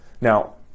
now